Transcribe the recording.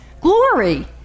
glory